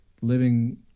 living